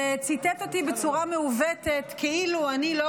וציטט אותי בצורה מעוותת כאילו אני לא